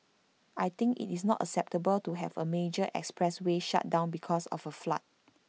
I think IT is not acceptable to have A major expressway shut down because of A flood